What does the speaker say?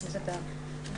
בכנסת הקודמת,